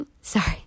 sorry